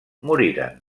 moriren